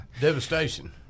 Devastation